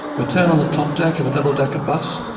return on the top deck of a double decker bus,